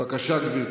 בבקשה, גברתי.